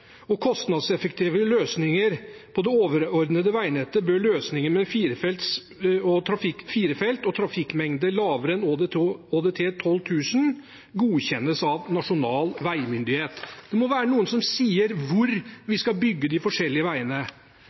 og kostnadseffektive løsninger på det overordnede veinettet bør løsninger med firefeltsveier og trafikkmengder lavere enn ÅDT 12 000 godkjennes av nasjonal veimyndighet. Det må være noen som sier hvor vi skal bygge de forskjellige veiene.